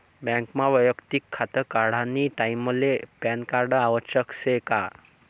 बँकमा वैयक्तिक खातं काढानी टाईमले पॅनकार्ड आवश्यक शे का?